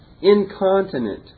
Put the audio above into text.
incontinent